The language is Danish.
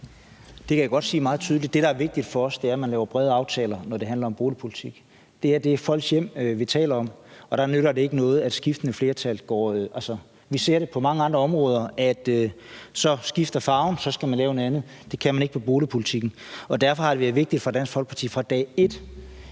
Det kan jeg godt sige meget tydeligt. Det, der er vigtigt for os, er, at man laver brede aftaler, når det handler om boligpolitik. Det her er folks hjem, vi taler om, og der nytter det ikke noget med skiftende flertal. Vi ser det på mange andre områder, at så skifter farven, og så skal man lave noget andet. Det kan man ikke med boligpolitikken. Derfor har det været vigtigt for Dansk Folkeparti fra dag et,